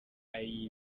hari